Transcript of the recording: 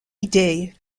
idée